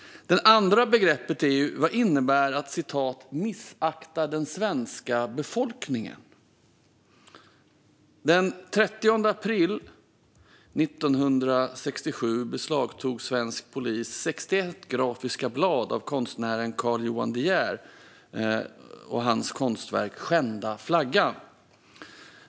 Det andra begreppet är "missakta den svenska befolkningen". Vad innebär det? Den 30 april 1967 beslagtog svensk polis 61 grafiska blad av konstnären Carl Johan De Geer och hans konstverk Skända flaggan .